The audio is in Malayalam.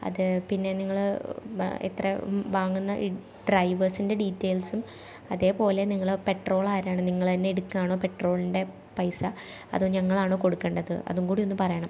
അത് പിന്നെ നിങ്ങൾ എത്ര വാങ്ങുന്ന ഈ ഡ്രൈവേസിൻ്റെ ഡീറ്റൈൽസും അതെപോലെ നിങ്ങൾ പെട്രോൾ ആരാണ് നിങ്ങൾ തന്നെ എടുക്കുകയാണൊ പെട്രോളിൻ്റെ പൈസ അതോ ഞങ്ങളാണോ കൊടുക്കേണ്ടത് അതും കൂടി ഒന്ന് പറയണം